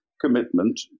commitment